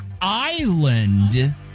island